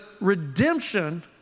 redemption